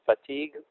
fatigue